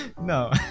No